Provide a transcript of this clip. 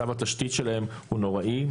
מצב התשתית שלהם נוראי.